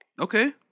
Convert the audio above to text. Okay